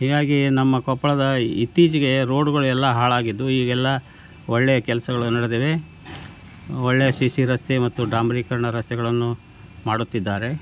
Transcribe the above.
ಹೀಗಾಗಿ ನಮ್ಮ ಕೊಪ್ಪಳದ ಇತ್ತೀಚಿಗೆ ರೋಡುಗಳು ಎಲ್ಲಾ ಹಾಳಾಗಿದ್ದು ಈಗೆಲ್ಲ ಒಳ್ಳೆಯ ಕೆಲಸಗಳು ನಡೆದಿವೆ ಒಳ್ಳೆಯ ಸಿ ಸಿ ರಸ್ತೆ ಮತ್ತು ಡಾಮ್ಲೀಕರಣ ರಸ್ತೆಗಳನ್ನು ಮಾಡುತ್ತಿದ್ದಾರೆ